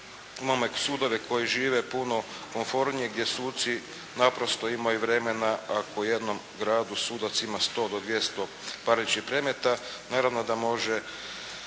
imao sudove koji žive puno komfornije gdje suci naprosto imaju vremena, ako u jednom gradu sudac ima 100 do 200 parničnih predmeta, naravno da može